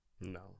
no